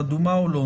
אדומה או לא,